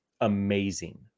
amazing